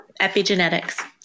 Epigenetics